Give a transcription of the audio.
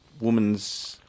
woman's